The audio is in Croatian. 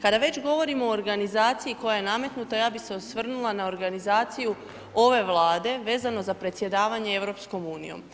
Kada već govorimo o organizaciji koja je nametnuta ja bi se osvrnula na organizaciju ove Vlade vezano za predsjedavanje EU.